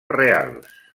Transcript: reals